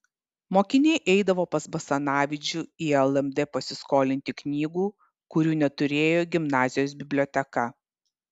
mokiniai eidavo pas basanavičių į lmd pasiskolinti knygų kurių neturėjo gimnazijos biblioteka